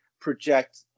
project